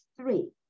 three